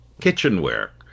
kitchenware